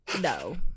No